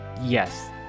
Yes